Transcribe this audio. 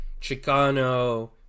chicano